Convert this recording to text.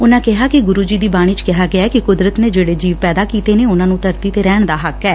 ਉਨੂਾ ਕਿਹਾ ਕਿ ਗੁਰੂ ਜੀ ਦੀ ਬਾਣੀ ਚ ਕਿਹਾ ਗਿਐ ਕਿ ਕੁਦਰਤ ਨੇ ਜਿਹੜੇ ਜੀਵ ਪੈਦਾ ਕੀਤੇ ਨੇ ਉਨੂਾਂ ਨੂੰ ਧਰਤੀ ਤੇ ਰਹਿਣ ਦਾ ਹੱਕ ਐ